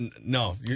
No